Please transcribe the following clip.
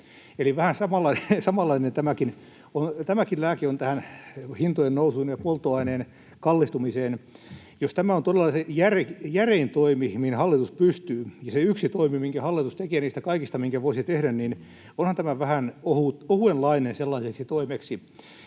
Eli vähän samanlainen tämäkin lääke on tähän hintojen nousuun ja polttoaineiden kallistumiseen. Jos tämä on todella se järein toimi, mihin hallitus pystyy, ja se yksi toimi, minkä hallitus tekee niistä kaikista, minkä voisi tehdä, niin onhan tämä vähän ohuenlainen sellaiseksi toimeksi.